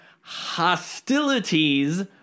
hostilities